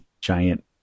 giant